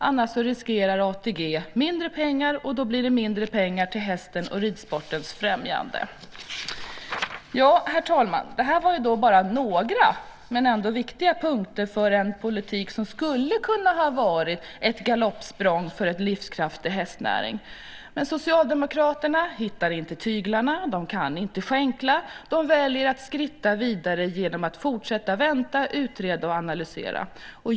Annars riskerar ATG mindre pengar, och då blir det mindre pengar till hästen och till ridsportens främjande. Herr talman! Detta var bara några men ändå viktiga punkter för en politik som skulle kunnat vara ett galoppsprång för en livskraftig hästnäring. Men Socialdemokraterna hittar inte tyglarna och kan inte skänkla. De väljer att skritta vidare genom att fortsätta vänta, utreda och analysera.